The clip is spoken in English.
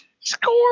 Score